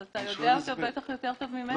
אתה יודע בוודאי טוב ממני.